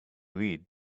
read